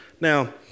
Now